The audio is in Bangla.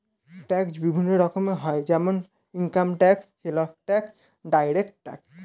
ট্যাক্স বিভিন্ন রকমের হয় যেমন income tax, sales tax, direct tax